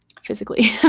physically